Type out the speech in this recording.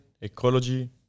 ecology